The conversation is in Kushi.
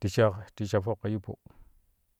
ti sha ti sha fok ka yippo.